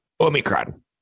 Omicron